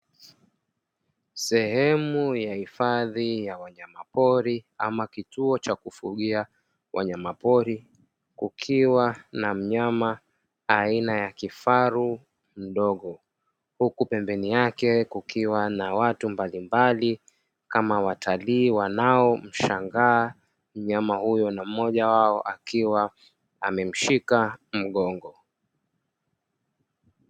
Sehemu ya hifadhi ya wanyamapori ama kituo cha kufugia wanyamapori kukiwa na mnyama aina ya kifaru mdogo, huku pembeni yake kukiwa na watu mbalimbali kama watalii wanaomshangaa mnyama huyu mmoja wao akiwa amemshika mgongo.